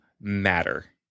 matter